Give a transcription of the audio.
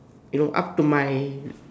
you know up to my